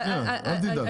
שניה, אל תדאג.